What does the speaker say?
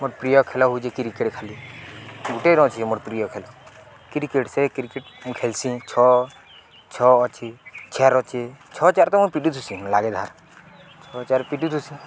ମୋର ପ୍ରିୟ ଖେଲ ହଉଛେ କ୍ରିକେଟ୍ ଖାଲି ଗୁଟେ ର ଅଛ ମୋର ପ୍ରିୟ ଖେଲ କ୍ରିକେଟ୍ ସେ କ୍ରିକେଟ୍ ମୁଁ ଖେଲ୍ସି ଛଅ ଛଅ ଅଛେ ଚେର୍ ଅଛେ ଛଅ ଚାର୍ ତ ମୁଁ ପିଟି ଧୁସି ଲାଗିଲାର୍ ଛଅ ଚାର୍ ପିଟୁ ଧୁସି